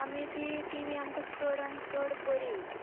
आनी ती T V आमकां चड आनी चड बरी येली